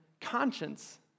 conscience